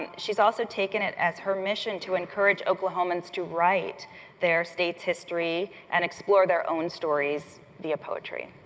she's also taken it as her mission to encourage oklahomans to write their state's history, and explore their own stories via poetry.